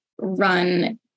run